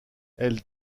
elle